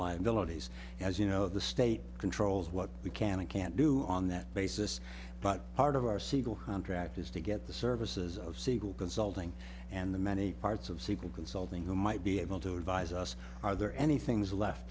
liabilities as you know the state controls what we can and can't do on that basis but part of our segal contract is to get the services of siegel consulting and the many parts of siegel consulting who might be able to advise us are there any things left